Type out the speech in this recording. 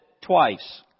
twice